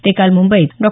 ते काल मुंबईत डॉ